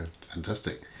Fantastic